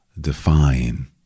define